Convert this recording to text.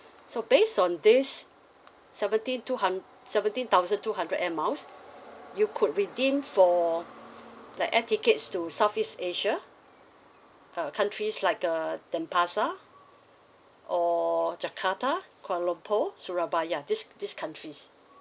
so based on this seventy two hund~ seventeen thousand two hundred Air Miles err you could redeem for the air tickets to southeast asia uh countries like uh denpasar or jakarta kuala lumpur surabaya these these countries